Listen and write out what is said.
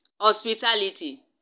Hospitality